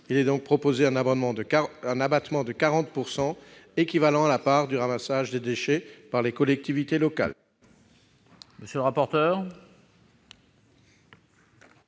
d'instaurer un abattement de 40 %, équivalent à la part du ramassage des déchets par les collectivités locales.